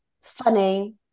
Funny